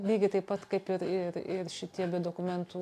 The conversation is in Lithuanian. lygiai taip pat kaip ir ir ir šitie be dokumentų